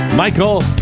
Michael